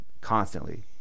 Constantly